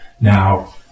Now